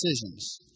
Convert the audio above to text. decisions